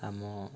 ଆମ